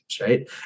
right